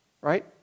Right